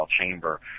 Chamber